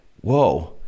whoa